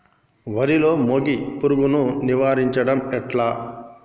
వరిలో మోగి పురుగును నివారించడం ఎట్లా?